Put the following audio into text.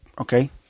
Okay